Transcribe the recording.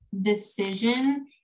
decision